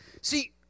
See